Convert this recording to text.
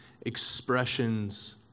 expressions